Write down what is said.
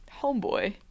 homeboy